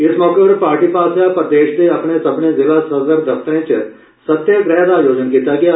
इस मौके पर पार्टी पाससेआ प्रदेश दे अपने सब्मने जिला सदर दफ्तरें च सत्याग्रह दा आयोजन कीता गेआ